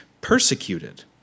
persecuted